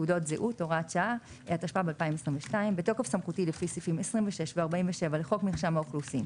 התשפ"ב - 2022 בתוקף סמכותי לפי סעיף 26 ו-47 לחוק מרשם האוכלוסין,